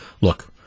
look